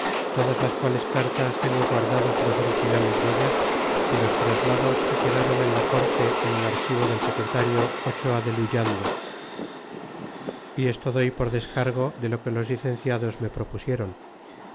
todas las quales cartas tengo guardados los originales dellas y los traslados se quedron en la corte en el archivo del secretario ochoa de luyendo y esto doy por descargo de lo que los licenciados me propusieron